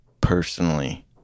personally